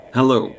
Hello